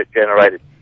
generated